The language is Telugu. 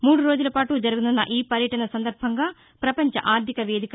మూడు రోజులపాటు జరగనున్న ఈ పర్యటన సందర్భంగా పపంచ ఆర్టిక వేదిక